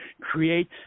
create